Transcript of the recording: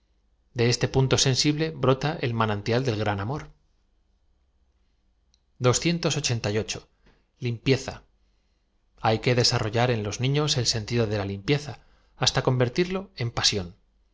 de este punto sensible brota e i manantial del gran amor impieza ay que desarrollar en los nios el sentido de la limpieza hasta convertirlo en pasión